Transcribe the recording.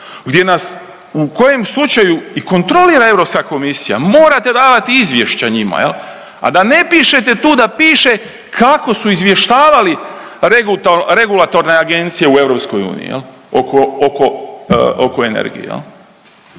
gdje nas u kojem slučaju i kontrolira Europska komisija morate davati izvješća njima, a da ne pišete tu da piše kako su izvještavali regulatorne agencije u EU oko energije.